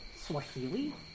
Swahili